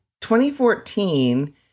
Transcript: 2014